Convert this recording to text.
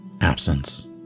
absence